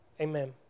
amen